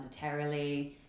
monetarily